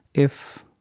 if,